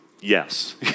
Yes